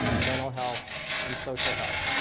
mental health and social health.